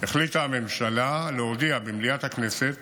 החליטה הממשלה להודיע במליאת הכנסת